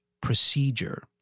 procedure